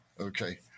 Okay